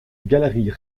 galerie